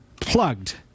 Plugged